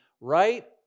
right